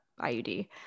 IUD